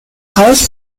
highest